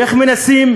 ואיך מנסים,